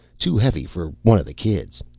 too heavy for one of the kids.